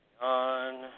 on